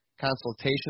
Consultation